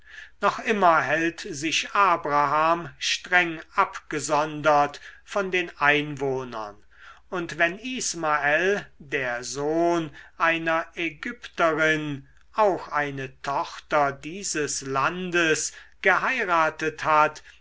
noch immer hält sich abraham streng abgesondert von den einwohnern und wenn ismael der sohn einer ägypterin auch eine tochter dieses landes geheiratet hat